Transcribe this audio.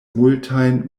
multajn